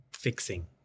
fixing